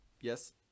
Yes